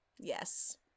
Yes